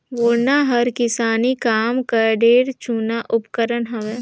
बेलना हर किसानी काम कर ढेरे जूना उपकरन हवे